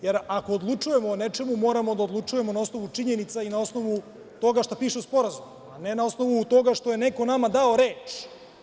Jer, ako odlučujemo o nečemu, moramo da odlučujemo na osnovu činjenica i na osnovu toga šta piše u sporazumu, a ne na osnovu toga što je neko nama dao reč.